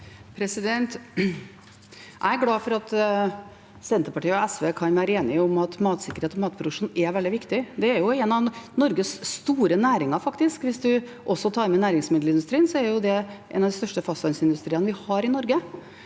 Jeg er glad for at Sen- terpartiet og SV kan være enige om at matsikkerhet og matproduksjon er veldig viktig. Det er faktisk en av Norges store næringer. Hvis en også tar med næringsmiddelindustrien, er det en av de største fastlandsindustriene vi har i Norge.